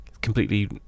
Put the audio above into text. completely